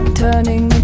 turning